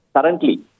currently